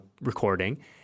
recording